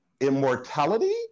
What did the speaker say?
immortality